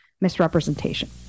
misrepresentation